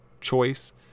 choice